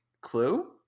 clue